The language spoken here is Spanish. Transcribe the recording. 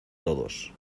todos